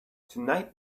tonight